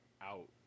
out